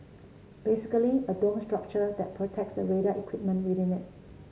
basically a dome structure that protects the radar equipment within it